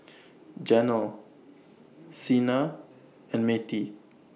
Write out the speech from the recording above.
Janel Cena and Mattye